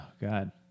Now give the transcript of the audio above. God